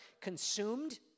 consumed